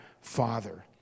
Father